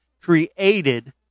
created